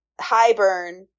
Highburn